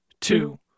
two